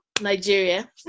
Nigeria